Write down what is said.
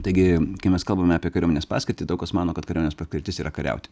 taigi kai mes kalbame apie kariuomenės paskirtį daug kas mano kad kariuomenės paskirtis yra kariauti